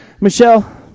Michelle